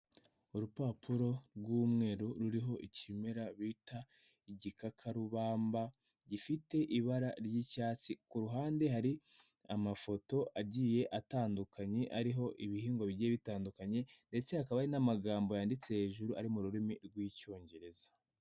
Urupapuro rw'umweru ruriho ikimera bita igikakarubamba gifite ibara ry'icyatsi, ku ruhande hari amafoto agiye atandukanye ariho ibihingwa bigiye bitandukanye, ndetse hakaba hari n'amagambo yanditse hejuru ari mu rurimi rw'icyongereza.